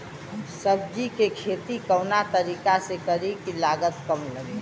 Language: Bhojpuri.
सब्जी के खेती कवना तरीका से करी की लागत काम लगे?